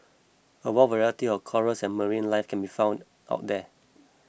a wide variety of corals and marine life can be found of there